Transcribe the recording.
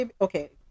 okay